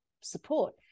support